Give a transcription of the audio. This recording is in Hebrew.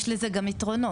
יש לזה גם יתרונות,